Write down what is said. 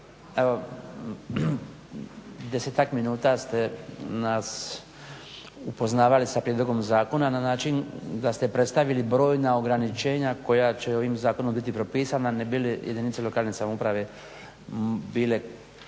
Evo desetak minuta ste nas upoznavali sa prijedlogom zakona na način da ste predstavili brojna ograničenja koja će ovim zakonom biti propisana ne bi li jedinice lokalne samouprave bile